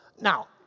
now